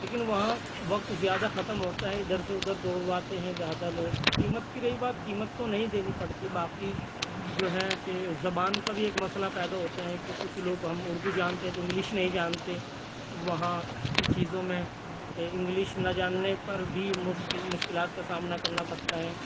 لیکن وہاں وقت زیادہ ختم ہوتا ہے ادھر سے ادھر دوڑواتے ہیں زیادہ لوگ قیمت کی رہی بات قیمت تو نہیں دینی پڑتی باقی جو ہے کہ زبان کا بھی ایک مسئلہ پیدا ہوتا ہے کہ کچھ لوگ ہم اردو جانتے ہیں تو انگلش نہیں جانتے وہاں کی چیزوں میں انگلش نہ جاننے پر بھی مشکل مشکلات کا سامنے کرنا پڑتا ہے